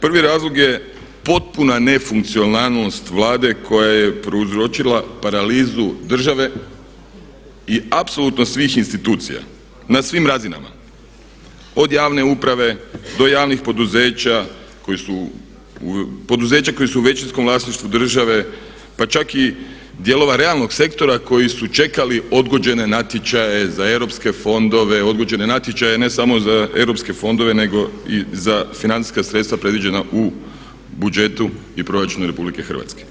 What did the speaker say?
Prvi razlog je potpuna nefunkcionalnost Vlade koja je prouzročila paralizu države i apsolutno svih institucija na svim razinama od javne uprave do javnih poduzeća, poduzeća koji su u većinskom vlasništvu države pa čak i dijelova realnog sektora koji su čekali odgođene natječaje za europske fondove, odgođene natječaje ne samo za europske fondove nego i za financijska sredstva predviđena u budžetu i proračunu RH.